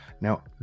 Now